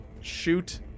shoot